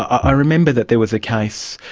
i remember that there was a case,